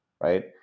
right